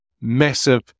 massive